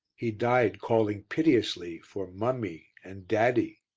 he died calling piteously for mummy and daddy.